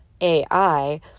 AI